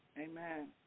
Amen